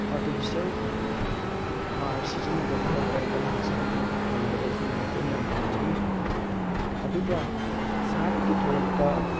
artificial hair ꯁꯤꯖꯤꯟꯅꯗꯕꯤꯗ ꯇꯧꯕꯅ ꯍꯛꯆꯥꯡꯁꯨ ꯐꯍꯟꯕꯗꯁꯨ ꯃꯇꯦꯡ ꯌꯥꯝ ꯄꯥꯡꯏ ꯑꯗꯨꯒ ꯁꯥꯗꯒꯤ ꯊꯣꯛꯂꯛꯄ